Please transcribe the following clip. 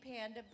panda